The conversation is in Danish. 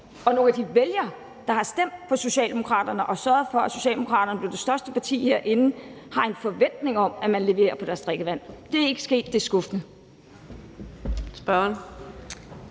og nogle af de vælgere, der har stemt på Socialdemokraterne og sørget for, at Socialdemokraterne blev det største parti herinde, har en forventning om, at man leverer i forhold til deres drikkevand. Det er ikke sket, og det er skuffende. Kl.